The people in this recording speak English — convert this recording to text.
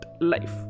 life